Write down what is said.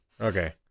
Okay